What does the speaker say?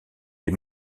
les